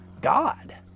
God